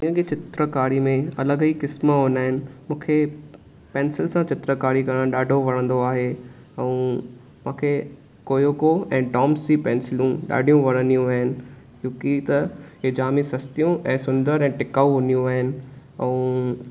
कंहिंजी चित्रकारी में अलॻि ई क़िस्म हूंदा आहिनि मूंखे पेंसिल सां चित्रकारी करणु ॾाढो वणंदो आहे ऐं मूं खे कोयोको ऐं डोमसी पेंसिलूं ॾाढियूं वणंदियूं आहिनि क्योंकि त हे जामु सस्तियूं ऐं सुंदर ऐं टिकाऊ हूंदियूं आहिनि ऐं